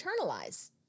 internalize